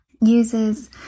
uses